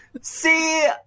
See